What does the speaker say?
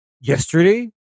yesterday